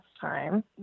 time